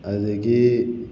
ꯑꯗꯨꯗꯒꯤ